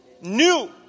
new